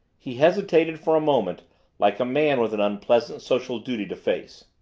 he hesitated for a moment like a man with an unpleasant social duty to face.